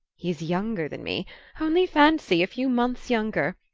he's younger than me only fancy! a few months younger.